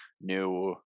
new